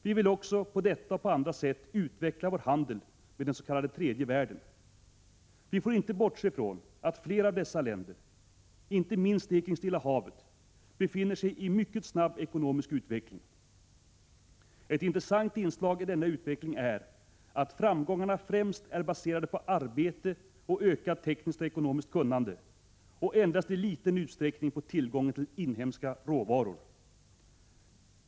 Vi vill också på detta och andra sätt utveckla vår handel med den s.k. tredje världen. Vi får inte bortse från att flera av dessa länder — inte minst de kring Stilla Havet — befinner sig i mycket snabb ekonomisk utveckling. Ett intressant inslag i denna utveckling är att framgångarna främst är baserade på arbete och ökat tekniskt och ekonomiskt kunnande och endast i liten utsträckning på tillgången till inhemska råvaror.